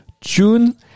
June